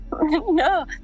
No